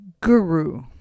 Guru